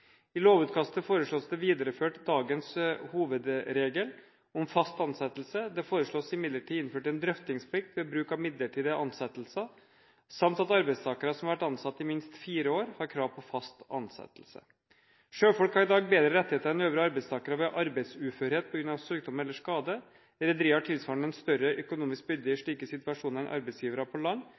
I lovutkastet foreslås det å videreføre dagens hovedregel om fast ansettelse. Det foreslås imidlertid innført en drøftingsplikt ved bruk av midlertidige ansettelser samt at arbeidstakere som har vært ansatt i minst fire år, har krav på fast ansettelse. Sjøfolk har i dag bedre rettigheter enn øvrige arbeidstakere ved arbeidsuførhet på grunn av sykdom eller skade. Rederier har tilsvarende en større økonomisk byrde i slike situasjoner enn arbeidsgivere på land.